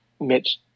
Mitch